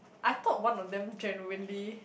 I thought one of them genuinely